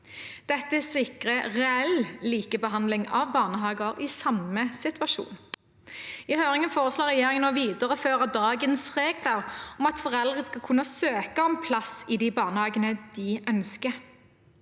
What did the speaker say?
Dette vil sikre reell likebehandling av barnehager i samme situasjon. I høringen foreslår regjeringen å videreføre dagens regler om at foreldre skal kunne søke om plass i de barnehagene de ønsker.